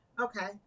okay